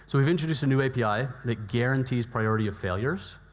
so we've introduced a new api that guarantees priority of failures,